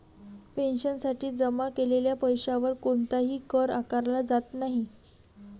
पेन्शनसाठी जमा केलेल्या पैशावर कोणताही कर आकारला जात नाही